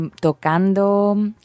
tocando